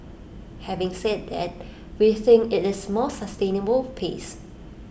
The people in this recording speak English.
having said that we think IT is A more sustainable pace